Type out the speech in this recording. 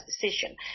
decision